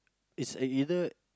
it's ei~ either